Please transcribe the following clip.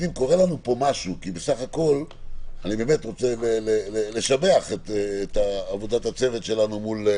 ויש לנו בעצם בלי שכר הטרחה של מנהל